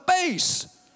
face